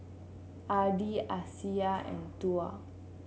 Adi Aisyah and Tuah